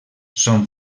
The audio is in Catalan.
són